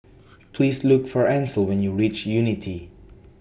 Please Look For Ancel when YOU REACH Unity